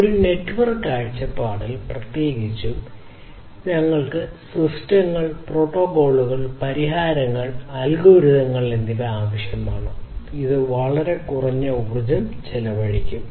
ഒരു നെറ്റ്വർക്ക് കാഴ്ചപ്പാടിൽ പ്രത്യേകിച്ചും ഞങ്ങൾക്ക് സിസ്റ്റങ്ങൾ പ്രോട്ടോക്കോളുകൾ പരിഹാരങ്ങൾ അൽഗോരിതങ്ങൾ എന്നിവ ആവശ്യമാണ് അത് വളരെ കുറഞ്ഞ ഊർജ്ജം ചെലവഴിക്കും